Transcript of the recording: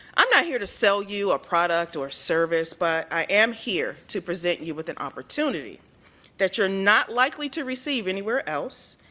i'm not here to sell you a product or service but i am here to present you with an opportunity that you're not likely to receive anywhere else.